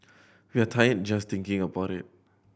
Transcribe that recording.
we're tired just thinking about it